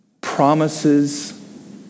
Promises